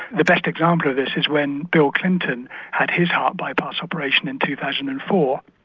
the best example of this is when bill clinton had his heart bypass operation in two thousand and four,